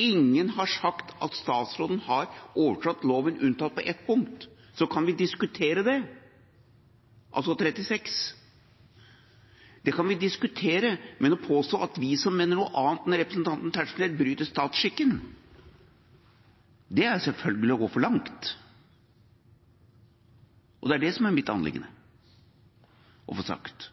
ingen har sagt at statsråden har overtrådt loven unntatt på ett punkt. Så kan vi diskutere det – altså § 36, det kan vi diskutere – men å påstå at vi som mener noe annet enn representanten Tetzschner, bryter statsskikken, det er selvfølgelig å gå for langt. Det er det som er mitt anliggende å få sagt.